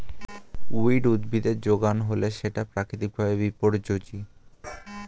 weed উদ্ভিদের যোগান হলে সেটা প্রাকৃতিক ভাবে বিপর্যোজী